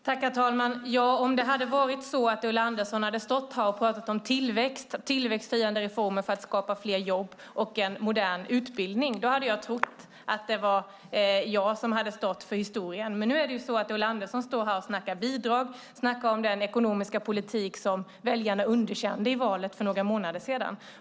Herr talman! Om det varit så att Ulla Andersson talat om tillväxthöjande reformer för fler jobb och en modern utbildning hade jag trott att jag var den som stod för historien. Men nu talar Ulla Andersson om bidrag och om den ekonomiska politik som väljarna underkände i valet för några månader sedan.